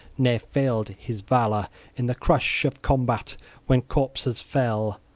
ne'er failed his valor in the crush of combat when corpses fell.